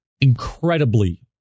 incredibly